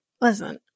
listen